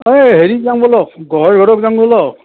এই হেৰিত যাওঁ ব'লক গোঁসাইঘৰত যাওঁ ব'লক